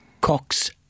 Cox